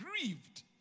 grieved